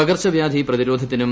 പകർച്ചവ്യാധി പ്രിതിരോധത്തിനും